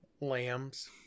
Lambs